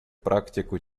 практику